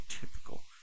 typical